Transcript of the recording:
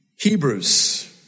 Hebrews